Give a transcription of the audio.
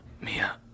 Mia